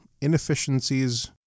inefficiencies